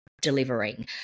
delivering